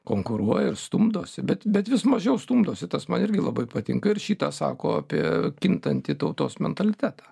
konkuruoja ir stumdosi bet bet vis mažiau stumdosi tas man irgi labai patinka ir šį tą sako apie kintantį tautos mentalitetą